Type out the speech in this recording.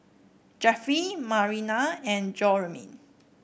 Jeffie Marian and Jerome